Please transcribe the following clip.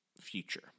future